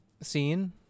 scene